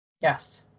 Yes